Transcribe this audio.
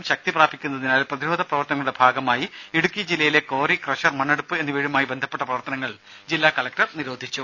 രുമ പ്രാപിക്കുന്നതിനാൽ പ്രതിരോധ കാലവർഷം ശക്തി പ്രവർത്തനങ്ങളുടെ ഭാഗമായി ഇടുക്കി ജില്ലയിലെ ക്വാറി ക്രഷർ മണ്ണെടുപ്പ് എന്നിവയുമായി ബന്ധപ്പെട്ട പ്രവർത്തനങ്ങൾ ജില്ലാ കലക്ടർ നിരോധിച്ചു